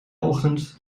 ochtend